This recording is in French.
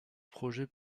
projets